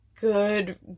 Good